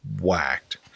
whacked